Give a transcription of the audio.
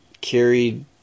carried